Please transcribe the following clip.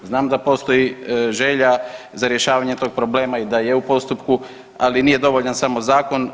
Znam da postoji želja za rješavanje tog problema i da je u postupku, ali nije dovoljan samo zakon.